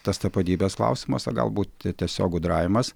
tas tapatybės klausimas o galbūt tiesiog gudravimas